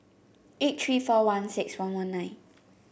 eight three four one six one one nine